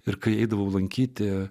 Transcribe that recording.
ir kai eidavau lankyti